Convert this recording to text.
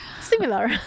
Similar